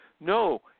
no